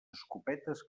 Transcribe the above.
escopetes